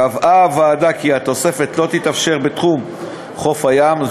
קבעה הוועדה כי התוספת לא תתאפשר בתחום חוף הים,